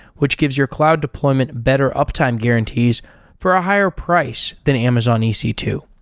which gives your cloud deployment better uptime guarantees for a higher price than amazon e c two,